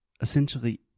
essentially